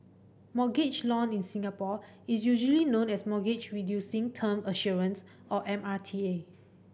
mortgage loan in Singapore is usually known as Mortgage Reducing Term Assurance or M R T A